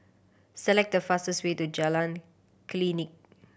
select the fastest way to Jalan Klinik